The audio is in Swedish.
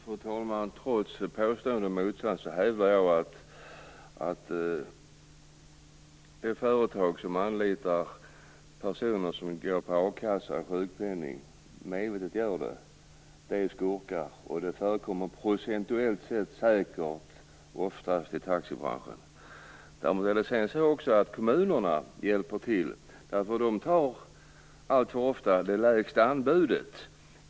Fru talman! Trots påståenden om motsatsen hävdar jag att det företag som medvetet anlitar personer som går på a-kassa och sjukpenning är skurkar, och det förekommer procentuellt sett säkert oftast i taxibranschen. Kommunerna hjälper till, eftersom de alltför ofta tar det lägsta anbudet.